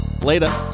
later